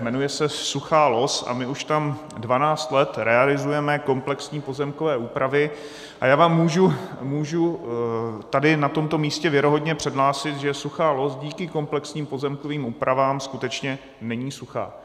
Jmenuje se Suchá Loz a my už tam 12 let realizujeme komplexní pozemkové úpravy a já vám můžu na tomto místě věrohodně prohlásit, že Suchá Loz díky komplexním pozemkovým úpravám skutečně není suchá.